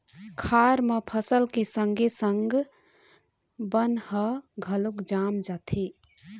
खार म फसल के संगे संग बन ह घलोक जाम जाथे